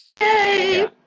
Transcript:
Yay